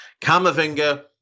Kamavinga